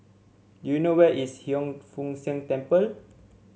do you know where is Hiang Foo Siang Temple